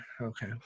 okay